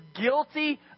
guilty